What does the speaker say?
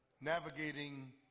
navigating